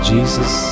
Jesus